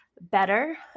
better